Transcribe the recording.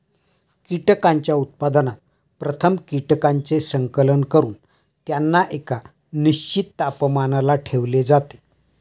कीटकांच्या उत्पादनात प्रथम कीटकांचे संकलन करून त्यांना एका निश्चित तापमानाला ठेवले जाते